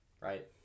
right